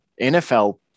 NFL